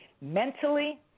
mentally